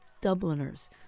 Dubliners